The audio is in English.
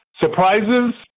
Surprises